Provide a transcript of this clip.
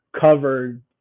covered